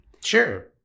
Sure